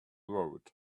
road